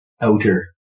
outer